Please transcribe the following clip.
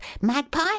magpie